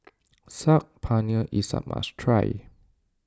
Saag Paneer is a must try